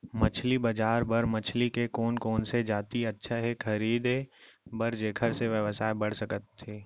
मछली बजार बर मछली के कोन कोन से जाति अच्छा हे खरीदे बर जेकर से व्यवसाय बढ़ सके?